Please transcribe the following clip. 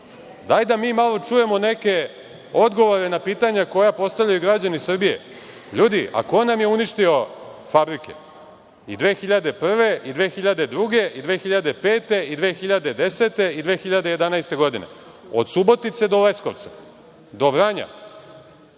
dajte da mi malo čujemo odgovore na pitanja koja postavljaju građani Srbije. LJudi, ko nam je uništio fabrike? Godine i 2001, 2005, 2010. i 2011. godine, od Subotice do Leskovca, do Vranja,